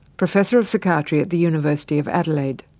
professor of psychiatry at the university of adelaide.